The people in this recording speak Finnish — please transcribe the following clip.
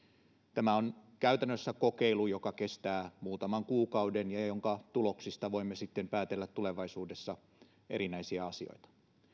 tämä on käytännössä kokeilu joka kestää muutaman kuukauden ja ja jonka tuloksista voimme sitten päätellä tulevaisuudessa erinäisiä asioita